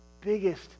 biggest